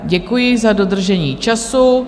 Děkuji za dodržení času.